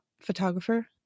photographer